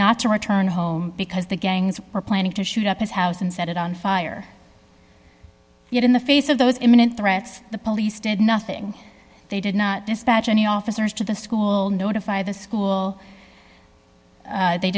not to return home because the gangs were planning to shoot up his house and set it on fire yet in the face of those imminent threats the police did nothing they did not dispatch any officers to the school notify the school they